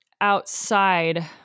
outside